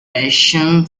bastion